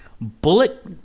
Bullet